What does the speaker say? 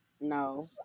No